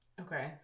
okay